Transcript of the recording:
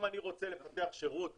אם אני רוצה לפתח שירות